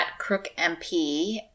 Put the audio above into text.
crookmp